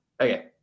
Okay